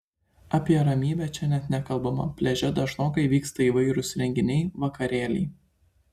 apie ramybę čia net nekalbama pliaže dažnokai vyksta įvairūs renginiai vakarėliai